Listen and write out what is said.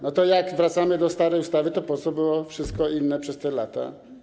No to jak wracamy do starej ustawy, to po co było wszystko inne przez te lata?